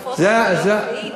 זה, אלה תרופות מצילות חיים.